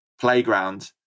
playground